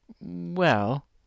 Well